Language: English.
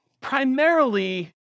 primarily